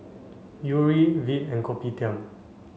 Yuri Veet and Kopitiam